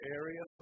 area